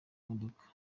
imodoka